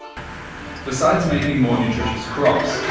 besides making more nutritious crops,